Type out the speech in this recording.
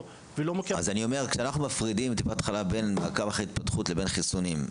כשאנחנו מפרידים בין מעקב התפתחותי לבין חיסונים,